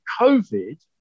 COVID